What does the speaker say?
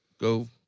go